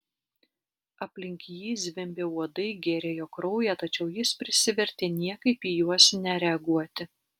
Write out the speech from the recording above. aplink jį zvimbė uodai gėrė jo kraują tačiau jis prisivertė niekaip į juos nereaguoti